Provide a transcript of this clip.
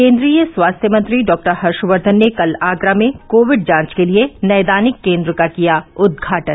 केन्द्रीय स्वास्थ्य मंत्री डॉ हर्षकर्धन ने कल आगरा में कोविड जांच के लिए नैदानिक केंद्र का किया उदघाटन